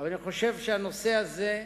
אבל אני חושב שהנושא הזה,